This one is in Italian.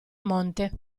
monte